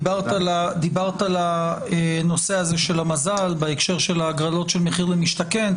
דיברת על הנושא של המזל בהקשר של ההגרלות של המחיר למשתכן.